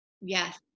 Yes